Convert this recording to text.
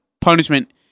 punishment